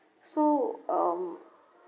so um